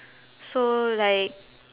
so like